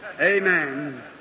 Amen